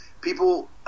people